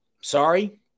Sorry